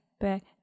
back